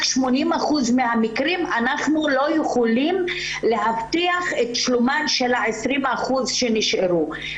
80 אחוזים מהמקרים והם לא יכולים להבטיח את שלומן של 20 האחוזים שנשארו.